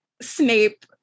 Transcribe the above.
Snape